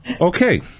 Okay